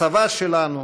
הצבא שלנו,